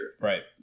Right